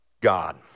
god